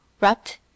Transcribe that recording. wrapped